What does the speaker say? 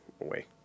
away